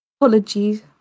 Apologies